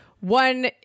one